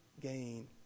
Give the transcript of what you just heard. gain